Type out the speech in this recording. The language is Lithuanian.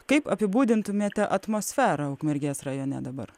kaip apibūdintumėte atmosferą ukmergės rajone dabar